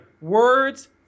Words